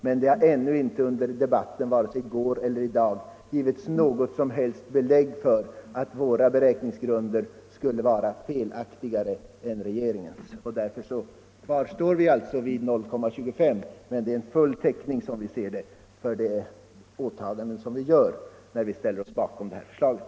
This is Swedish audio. Men det har ännu inte under debatten vare sig i går eller i dag givits något som helst belägg för att våra beräkningsgrunder skulle vara mer felaktiga än regeringens. Därför fasthåller vi vid 0,25 96, som vi anser utgöra full täckning för vårt åtagande, och vi ställer oss bakom förslaget.